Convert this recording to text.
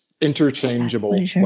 interchangeable